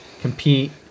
compete